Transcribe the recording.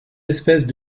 espèces